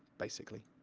basically.